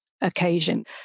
occasion